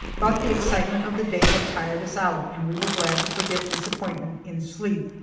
but the excitement of the day had tired us out, and we were glad to forget disappointment in sleep.